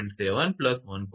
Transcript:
7 1